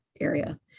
area